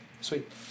Sweet